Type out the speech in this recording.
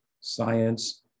science